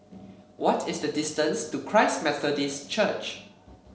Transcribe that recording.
what is the distance to Christ Methodist Church